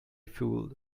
fooled